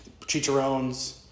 chicharrones